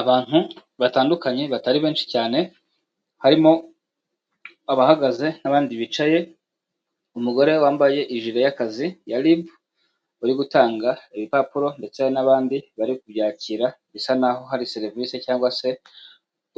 Abantu batandukanye batari benshi cyane, harimo abahagaze n'abandi bicaye, umugore wambaye ijire y'akazi ya RIB, uri gutanga ibipapuro ndetse n'abandi bari kubyakira bisa naho hari serivisi cyangwa se